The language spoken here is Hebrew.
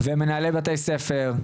ומנהלי בתי ספר,